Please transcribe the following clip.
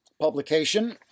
publication